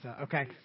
Okay